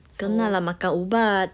kena lah makan ubat